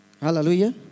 Hallelujah